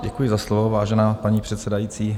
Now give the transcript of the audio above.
Děkuji za slovo, vážená paní předsedající.